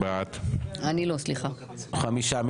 חמישה.